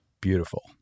beautiful